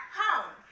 home